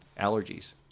allergies